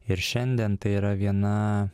ir šiandien tai yra viena